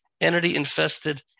entity-infested